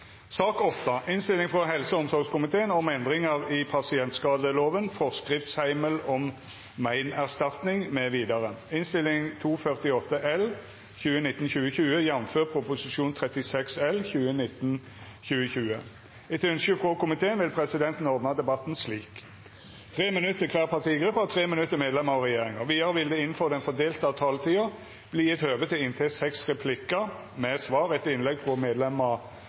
sak nr. 7. Etter ynske frå helse- og omsorgskomiteen vil presidenten ordna debatten slik: 3 minutt til kvar partigruppe og 3 minutt til medlemer av regjeringa. Vidare vil det – innanfor den fordelte taletida – verta gjeve høve til inntil seks replikkar med svar etter innlegg frå